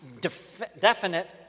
definite